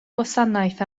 gwasanaeth